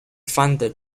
funded